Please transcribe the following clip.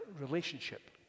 relationship